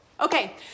Okay